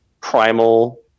primal